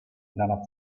dalla